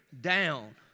down